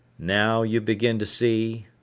now you begin to see?